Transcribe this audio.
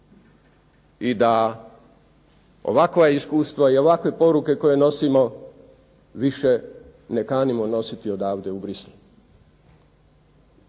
i da ovakva iskustva i ovakve poruke koje nosimo više ne kanimo nositi odavde u Bruxelles.